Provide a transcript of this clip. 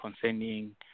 concerning